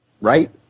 Right